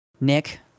nick